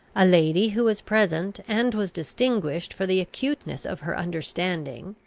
a lady, who was present, and was distinguished for the acuteness of her understanding,